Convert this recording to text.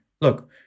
look